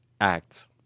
Act